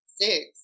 Six